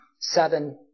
seven